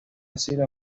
asilo